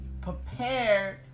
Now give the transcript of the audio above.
prepared